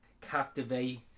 captivate